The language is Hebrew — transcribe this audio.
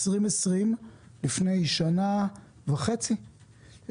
לפני שנה וחצי,